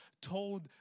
told